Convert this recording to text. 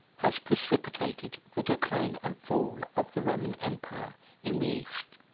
has precipitated the decline and fall of the roman empire in the east.